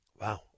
Wow